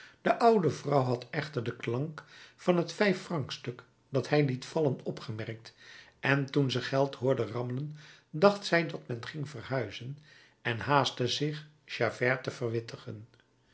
de oude vrouw had echter den klank van het vijffrancstuk dat hij liet vallen opgemerkt en toen ze geld hoorde rammelen dacht zij dat men ging verhuizen en haastte zich javert te verwittigen